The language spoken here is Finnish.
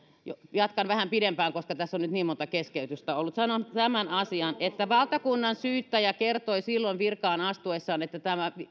jatkan vähän pidempään koska tässä on nyt niin monta keskeytystä ollut sanon tämän asian valtakunnansyyttäjä kertoi silloin virkaan astuessaan että tämä